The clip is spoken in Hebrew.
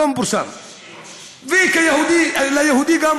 היום פורסם.